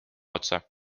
otsa